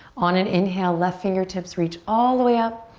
on an inhale, left fingertips reach all the way up.